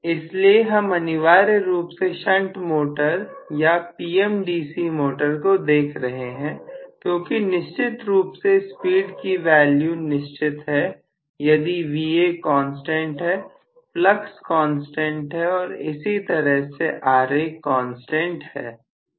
इसलिए हम अनिवार्य रूप से शंट मोटर या PMDC मोटर को देख रहे हैं क्योंकि निश्चित रूप से स्पीड की वैल्यू निश्चित है यदि Va कांस्टेंट है फ्लक्स कांस्टेंट है और इसी तरह से Ra कांस्टेंट है